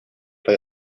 play